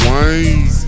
Wayne